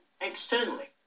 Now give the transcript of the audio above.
externally